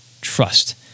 trust